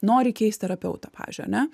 nori keisti terapeutą pavyzdžiui ane